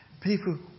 people